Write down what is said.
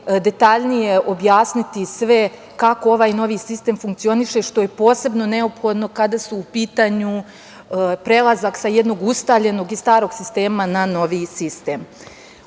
detaljnije objasniti sve kako ovaj novi sistem funkcioniše, što je posebno neophodno kada su u pitanju prelazak sa jednog ustaljenog i starog sistema na novi sistem. Ono